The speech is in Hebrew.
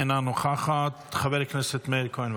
אינה נוכח.; חבר הכנסת מאיר כהן,